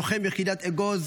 לוחם ביחידת אגוז,